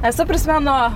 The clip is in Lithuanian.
esu prisimenu